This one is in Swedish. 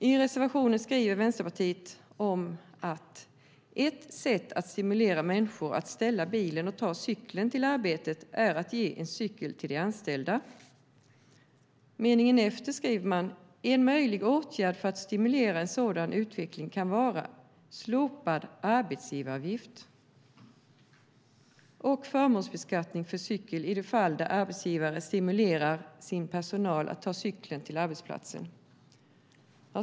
I reservationen skriver Vänsterpartiet: "Ett sätt att stimulera människor att ställa bilen och ta cykeln till arbetet är att ge en cykel till de anställda." I meningen efter skriver man: "En möjlig åtgärd för att stimulera en sådan utveckling kan vara slopad arbetsgivaravgift och förmånsbeskattning för cykel i de fall där arbetsgivare stimulerar sin personal att ta cykeln till arbetsplatsen."